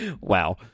Wow